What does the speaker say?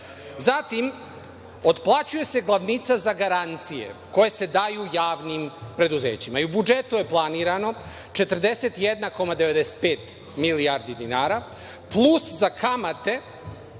20.Zatim, otplaćuje se glavnica za garancije koje se daju javnim preduzećima. U budžetu je planirana 41,95 milijarda dinara plus za kamate